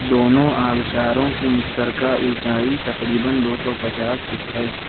دونوں آبشاروں کی مشترکہ اونچائی تقریباً دو سو پچاس فٹ ہے